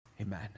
Amen